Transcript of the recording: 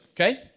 okay